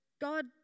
God